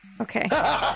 Okay